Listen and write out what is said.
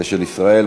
של ישראל.